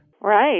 Right